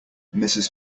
mrs